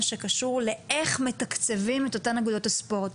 שקשור לאיך מתקצבים את אותן אגודות הספורט,